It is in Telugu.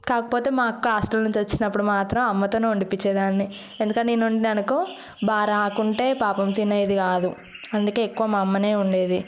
కాకపోతే మా అక్క హాస్టల్ నుంచి వచ్చినప్పుడు మాత్రం అమ్మతోనే వండిపించేదాన్ని ఎందుకంటే నేను వండినాననుకో బాగా రాకుంటే పాపం తినేది కాదు అందుకే ఎక్కువ మా అమ్మనే వండేది